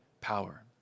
power